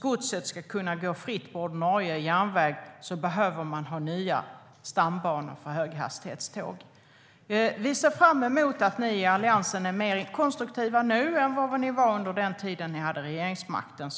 godset ska kunna gå fritt på ordinarie järnväg, behövs nya stambanor för höghastighetståg. Vi ser fram emot att ni i Alliansen är mer konstruktiva nu än vad ni var under den tid ni hade regeringsmakten.